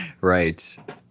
Right